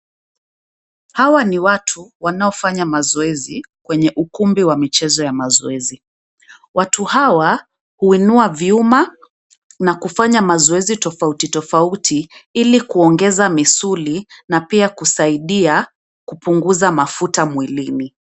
Hawa ni watu wanaofanya mazoea kwenye ukumbi wa michezo ya mazoezi, watu hawa huinua vyuma na kufanya mazoeazi tofauti tofauti ili kuongeza misuli na pia kusaidia kupunguza mafuta mwilini.